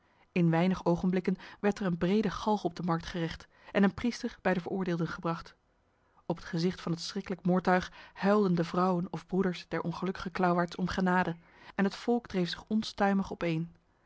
in weinig ogenblikken werd er een brede galg op de markt gerecht en een priester bij de veroordeelden gebracht op het gezicht van het schriklijk moordtuig huilden de vrouwen of broeders der ongelukkige klauwaards om genade en het volk dreef zich onstuimig opeen